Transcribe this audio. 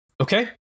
Okay